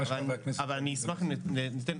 אבל אני אשמח אם ניתן,